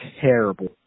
terrible